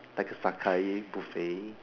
like Sakae buffet